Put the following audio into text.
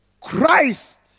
Christ